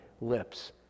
lips